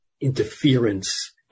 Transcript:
interference